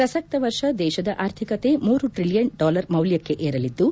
ಪ್ರಸಕ್ತ ವರ್ಷ ದೇಶದ ಆರ್ಥಿಕತೆ ಮೂರು ಟ್ರಲಿಯನ್ ಡಾಲರ್ ಮೌಲ್ಯಕ್ಷೆ ಏರಲಿದ್ದು